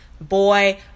Boy